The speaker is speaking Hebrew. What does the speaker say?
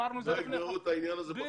לעולם לא יגמרו את העניין הזה.